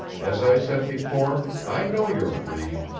as i said before, i know your breed,